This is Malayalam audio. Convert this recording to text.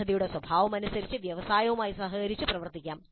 പദ്ധതിയുടെ സ്വഭാവമനുസരിച്ച് വ്യവസായവുമായി സഹകരിച്ച് പ്രവർത്തിക്കാം